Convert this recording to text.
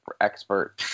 expert